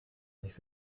nicht